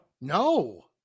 No